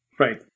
Right